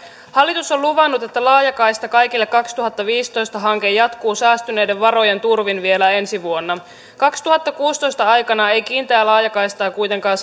hallitus on luvannut että laajakaista kaikille kaksituhattaviisitoista hanke jatkuu säästyneiden varojen turvin vielä ensi vuonna kaksituhattakuusitoista aikana ei kiinteää laajakaistaa kuitenkaan